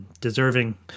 deserving